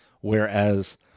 whereas